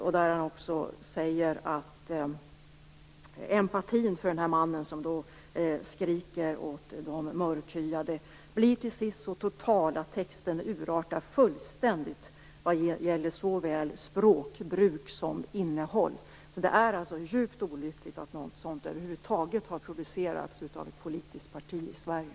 Han säger också att empatin för den här mannen som skriker åt de mörkhyade blir till sist så total att texten urartar fullständigt vad gäller såväl språkbruk som innehåll. Det är alltså djupt olyckligt att något sådant över huvud taget har producerats av ett politiskt parti i Sverige.